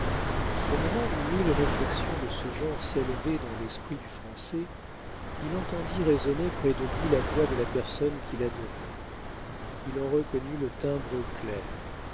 au moment où mille réflexions de ce genre s'élevaient dans l'esprit du français il entendit résonner près de lui la voix de la personne qu'il adorait il en reconnut le timbre clair